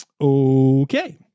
Okay